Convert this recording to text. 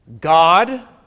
God